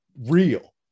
real